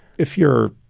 if you're